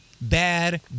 bad